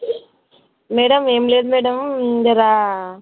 madam ఏమి లేదు madam జరా